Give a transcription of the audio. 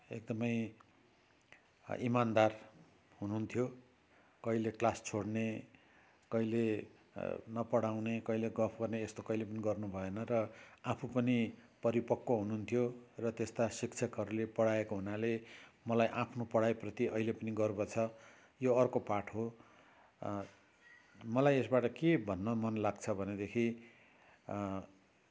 एकदमै इमान्दार हुनुहुन्थ्यो कहिले क्लास छोड्ने कहिले नपढाउने कहिले गफ गर्ने यस्तो कहिले पनि गर्नु भएन र आफू पनि परिपक्व हुनुहुन्थ्यो र त्यस्ता शिक्षकहरूले पढाएको हुनाले मलाई आफ्नो पढाइप्रति अहिले पनि गर्व छ यो अर्को पाठ हो मलाई यसबाट के भन्न मन लाग्छ भनेदेखि